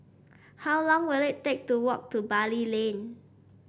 how long will it take to walk to Bali Lane